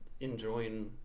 enjoying